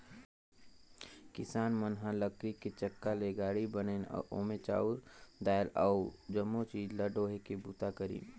किसान मन ह लकरी के चक्का ले गाड़ी बनाइन अउ ओम्हे चाँउर दायल अउ जमो चीज ल डोहे के बूता करिन